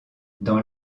dans